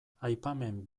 aipamen